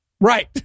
right